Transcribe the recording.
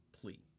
plea